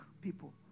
people